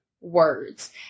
words